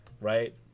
right